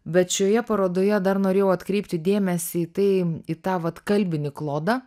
bet šioje parodoje dar norėjau atkreipti dėmesį tai į tą vat kalbinį klodą